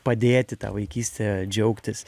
padėti ta vaikyste džiaugtis